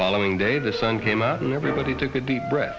following day the sun came out and everybody took a deep breath